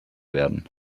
werden